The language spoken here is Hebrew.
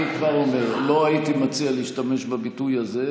אני כבר אומר: לא הייתי מציע להשתמש בביטוי הזה,